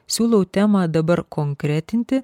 siūlau temą dabar konkretinti